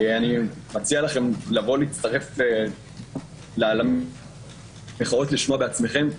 אני מציע לכם לבוא להצטרף למחאות כדי לשמוע בעצמכם.